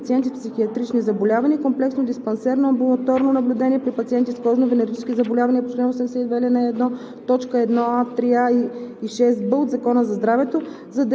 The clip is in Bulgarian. лечение, комплексно диспансерно (амбулаторно) наблюдение при пациенти с психиатрични заболявания и комплексно диспансерно (амбулаторно) наблюдение при пациенти с кожно-венерически заболявания по чл. 82, ал.